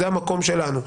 זה המקום שלנו.